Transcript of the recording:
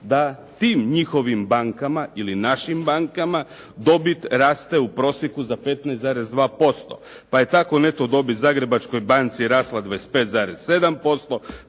da tim njihovim bankama ili našim bankama dobit raste u prosjeku za 15,2%. Pa je tako neto dobit Zagrebačkoj banci rasla 25,7%,